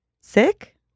sick